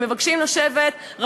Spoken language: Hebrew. והם מבקשים לשבת בספרייה.